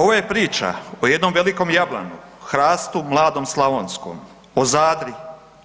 Ovo je priča o jednom velikom jablanu, hrastu mladom slavonskom, o Zadri,